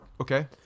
Okay